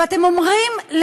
ואתם אומרים,